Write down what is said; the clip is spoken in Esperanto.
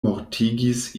mortigis